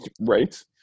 Right